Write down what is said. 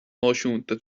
náisiúnta